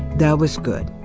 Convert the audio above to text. that was good.